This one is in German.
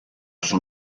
schon